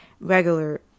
regular